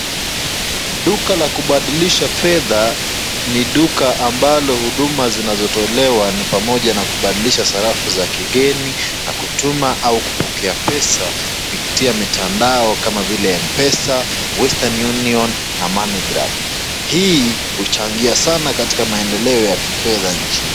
Duka la kubadilisha fedha ni duka ambalo huduma zinazotolewa ni pamoja na kubadilisha sarafu za kigeni na kutuma au kupokea pesa kupitia mitandao kama vile mpesa, wester union na moneygram. Hii huchangia sana katika maendeleo ya kifedha nchini.